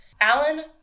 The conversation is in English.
Alan